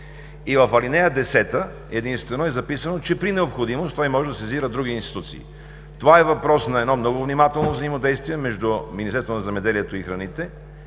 и в ал. 10 единствено е записано, че при необходимост той може да сезира други институции. Това е въпрос на едно много внимателно взаимодействие между Министерството на земеделието, храните